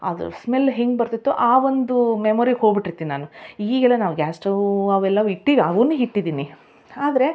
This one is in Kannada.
ಅದು ಸ್ಮೆಲ್ ಹೇಗ್ ಬರ್ತಿತ್ತೊ ಆ ಒಂದೂ ಮೆಮೊರಿಗೆ ಹೋಗ್ಬಿಟ್ಟಿರ್ತೀನ್ ನಾನು ಈಗೆಲ್ಲ ನಾವು ಗ್ಯಾಸ್ ಸ್ಟವೂ ಅವೆಲ್ಲವೂ ಇಟ್ಟೀವಿ ಅವುನ್ನ ಇಟ್ಟಿದೀನಿ ಆದರೆ